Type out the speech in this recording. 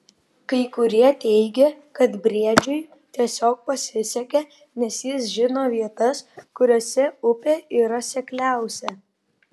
kai kurie teigė kad briedžiui tiesiog pasisekė nes jis žino vietas kuriose upė yra sekliausia